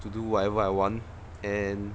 to do whatever I want and